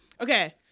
okay